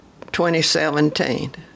2017